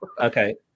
Okay